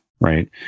right